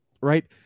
Right